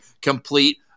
complete